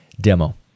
demo